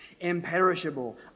imperishable